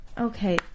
Okay